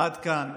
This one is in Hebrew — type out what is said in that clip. עד כאן.